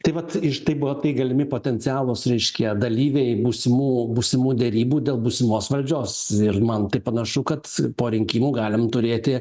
tai vat iš tai buvo tai galimi potencialūs reiškia dalyviai būsimų būsimų derybų dėl būsimos valdžios ir man tai panašu kad po rinkimų galim turėti